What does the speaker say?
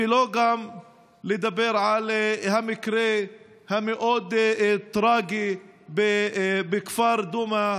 שלא לדבר על המקרה המאוד-טרגי בכפר דומא,